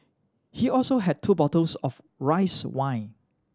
he also had two bottles of rice wine